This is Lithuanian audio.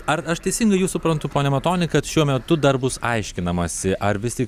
ar aš teisingai jus suprantu pone matoni kad šiuo metu dar bus aiškinamasi ar vis tik